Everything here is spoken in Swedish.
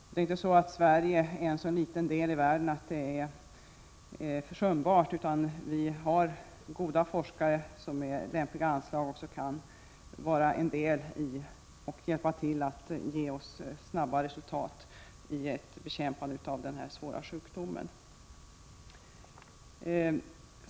Sverige är inte en så liten del av världen att det är försumbart, utan här finns goda forskare som med lämpliga anslag kan hjälpa till att ta fram snabba resultat i bekämpandet av denna svåra sjukdom.